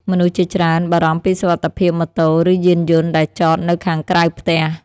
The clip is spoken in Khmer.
មនុស្សជាច្រើនបារម្ភពីសុវត្ថិភាពម៉ូតូ ឬយានយន្តដែលចតនៅខាងក្រៅផ្ទះ។